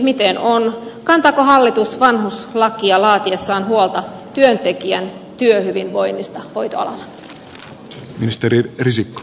miten on kantaako hallitus vanhuslakia laatiessaan huolta työntekijän työhyvinvoinnista hoitoalalla